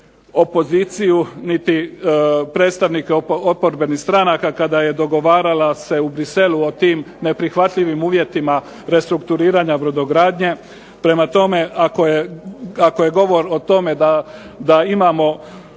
opoziciju, niti predstavnike oporbenih stranaka kada je dogovarala se u Bruxellesu o tim neprihvatljivim uvjetima restrukturiranja brodogradnje. Prema tome, ako je govor o tome da imamo